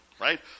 Right